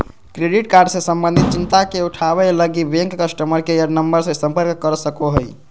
credit card से संबंधित चिंता के उठावैय लगी, बैंक कस्टमर केयर नम्बर से संपर्क कर सको हइ